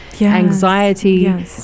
anxiety